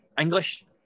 English